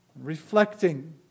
Reflecting